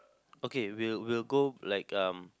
okay we'll we'll go like um